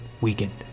weakened